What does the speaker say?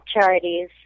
charities